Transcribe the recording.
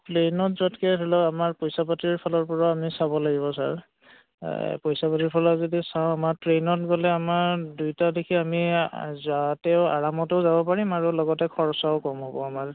প্লেইনত যোৱাতকৈ ধৰি লওক আমাৰ পইচা পাতিৰ ফালৰ পৰা আমি চাব লাগিব ছাৰ পইচা পাতিৰ ফালত যদি চাওঁ আমাৰ ট্ৰেইনত গ'লে আমাৰ দুইটা দিশে আমি যোৱাতেও আৰামতেও যাব পাৰিম আৰু লগতে খৰচাও কম হ'ব আমাৰ